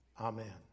Amen